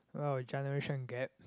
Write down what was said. wow generation gap